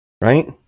right